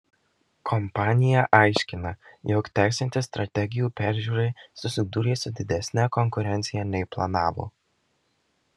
kompanija aiškina jog tęsiantis strategijų peržiūrai susidūrė su didesne konkurencija nei planavo